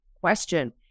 question